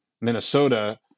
Minnesota